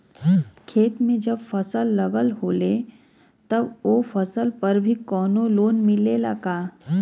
खेत में जब फसल लगल होले तब ओ फसल पर भी कौनो लोन मिलेला का?